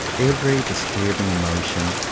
every disturbing emotion.